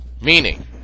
Meaning